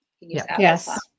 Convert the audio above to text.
Yes